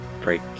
break